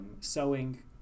sewing